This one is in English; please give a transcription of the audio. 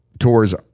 tours